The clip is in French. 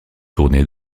tournées